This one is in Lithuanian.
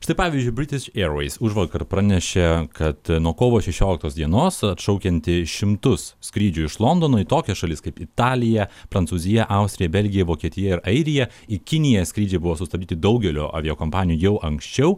štai pavyzdžiui british airways užvakar pranešė kad nuo kovo šešioliktos dienos atšaukianti šimtus skrydžių iš londono į tokias šalis kaip italija prancūzija austrija belgija vokietija ir airija į kiniją skrydžiai buvo sustabdyti daugelio aviakompanijų jau anksčiau